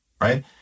right